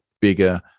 bigger